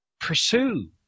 pursue